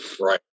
right